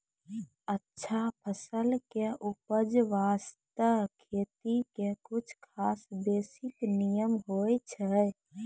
अच्छा फसल के उपज बास्तं खेती के कुछ खास बेसिक नियम होय छै